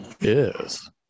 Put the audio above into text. Yes